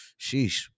sheesh